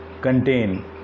contain